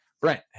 Brent